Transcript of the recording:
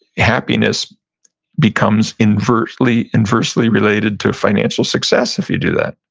happiness becomes inversely inversely related to financial success if you do that.